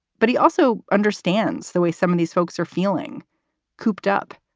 but he also understands the way some of these folks are feeling cooped up,